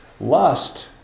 lust